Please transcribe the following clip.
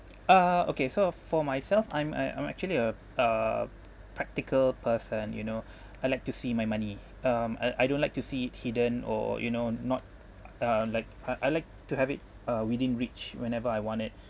ah okay so for myself I'm I I'm actually a uh practical person you know I like to see my money um I I don't like to see it hidden or you know not uh like I I like to have it uh within reach whenever I want it